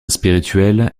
spirituel